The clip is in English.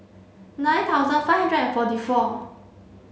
nine thousand five hundred and forty four